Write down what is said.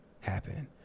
happen